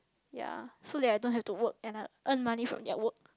ya so that I don't have to work and I earn money from their work